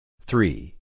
Three